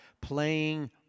playing